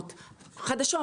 לפלטפורמות חדשות,